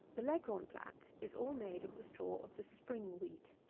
the leghorn plat is all made of the straw of the spring wheat.